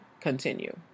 continue